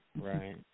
right